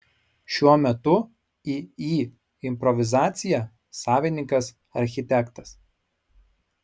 šiuo metu iį improvizacija savininkas architektas